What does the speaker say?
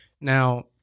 Now